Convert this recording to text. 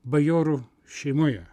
bajorų šeimoje